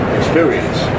experience